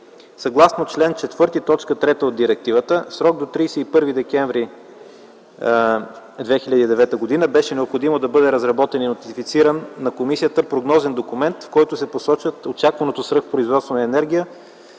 Съгласно чл. 4, т. 3 от директивата в срок до 31 декември 2009 г. беше необходимо да бъде разработен и нотифициран на комисията прогнозен документ, в който се посочват очакваното свръхпроизводство на енергия